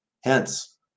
Hence